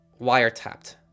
wiretapped